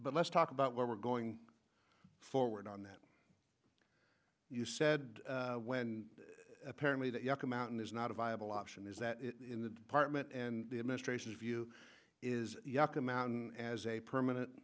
but let's talk about what we're going forward on that you said when apparently that yucca mountain is not a viable option is that in the apartment and the administration's view is you have come out as a permanent